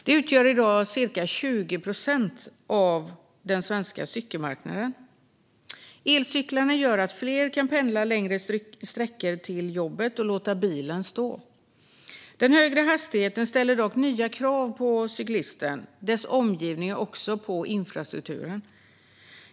De utgör i dag ca 20 procent av den svenska cykelmarknaden. Elcyklarna gör att fler kan pendla längre sträckor till jobbet och låta bilen stå. Den högre hastigheten ställer dock nya krav på cyklisten, omgivningen och infrastrukturen.